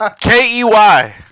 K-E-Y